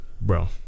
Bro